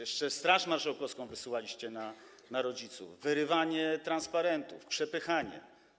Jeszcze Straż Marszałkowską wysyłaliście na rodziców - wyrywanie transparentów, przepychanie.